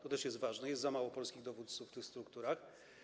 To też jest ważne, bo jest za mało polskich dowódców w tych strukturach.